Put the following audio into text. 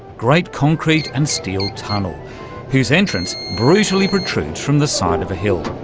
great concrete and steel tunnel whose entrance brutally protrudes from the side of a hill.